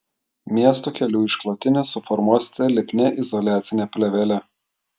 miesto kelių išklotinę suformuosite lipnia izoliacine plėvele